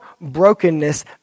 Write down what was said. brokenness